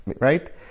right